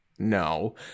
No